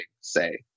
say